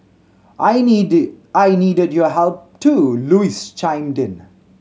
I needed I needed your help too Louise chimed in